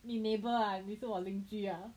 你 neighbour ah 你是我邻居啊